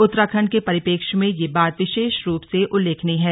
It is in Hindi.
उत्तराखण्ड के परिप्रेक्ष्य में यह बात विशेष रूप से उल्लेखनीय है